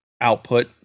output